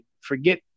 forget